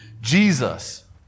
Jesus